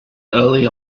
early